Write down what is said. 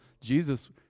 Jesus